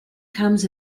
comes